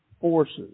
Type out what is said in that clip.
forces